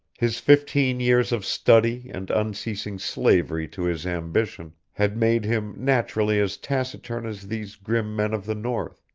his fifteen years of study and unceasing slavery to his ambition had made him naturally as taciturn as these grim men of the north,